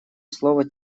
слово